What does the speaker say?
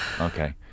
Okay